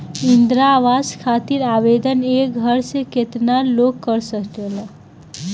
इंद्रा आवास खातिर आवेदन एक घर से केतना लोग कर सकेला?